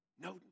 No